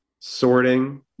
sorting